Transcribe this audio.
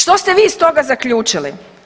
Što ste vi iz toga zaključili?